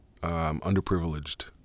underprivileged